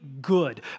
good